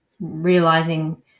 realizing